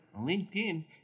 LinkedIn